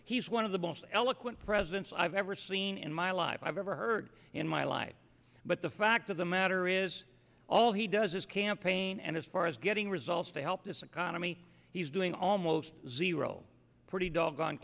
he's one of the most eloquent presidents i've ever seen in my life i've ever heard in my life but the fact of the matter is all he does is campaign and as far as getting results to help this economy he's doing almost zero pretty doggone